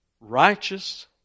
righteous